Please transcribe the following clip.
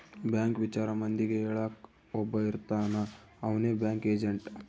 bank ವಿಚಾರ ಮಂದಿಗೆ ಹೇಳಕ್ ಒಬ್ಬ ಇರ್ತಾನ ಅವ್ನೆ ಬ್ಯಾಂಕ್ ಏಜೆಂಟ್